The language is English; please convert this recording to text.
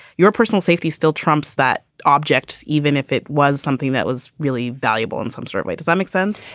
your personal safety still trumps that object, even if it was something that was really valuable in some sort of way. does that make sense?